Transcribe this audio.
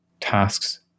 tasks